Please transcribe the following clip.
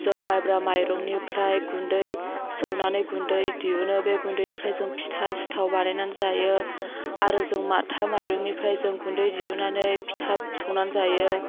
जों माइब्रा माइरंनिफ्राय गुन्दै सौनानै गुन्दै दिहुनो बे गुन्दैनिफ्राय जों फिथा सिथाव बानायनानै जायो आरो जों माथा माइरंनिफ्राय जों गुन्दै दिहुननानै फिथाब सौनानै जायो